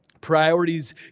Priorities